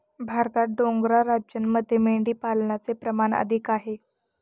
भारतात डोंगराळ राज्यांमध्ये मेंढीपालनाचे प्रमाण अधिक आहे